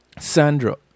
Sandra